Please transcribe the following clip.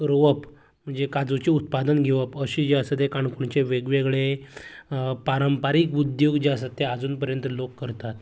रोवप म्हणजे काजूचे उत्पादन घेवप अशें जे आसा तें काणकोणचे वेगवेगळें पारंपारीक उद्द्योग जे आसा ते आजून पर्यंत लोक करतात